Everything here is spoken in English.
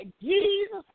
Jesus